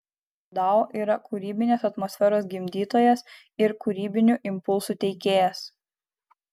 dao yra ir kūrybinės atmosferos gimdytojas ir kūrybinių impulsų teikėjas